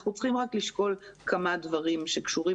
אנחנו צריכים לשאול כמה דברים שקשורים